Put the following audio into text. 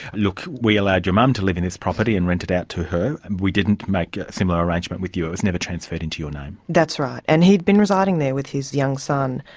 look, we allowed your mum to live in this property, and rent it out to her, and we didn't make a similar arrangement with you, it was never transferred into your name. that's right. and he'd been residing there with his young son,